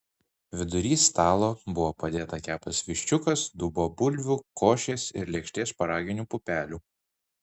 vidury stalo buvo padėta keptas viščiukas dubuo bulvių košės ir lėkštė šparaginių pupelių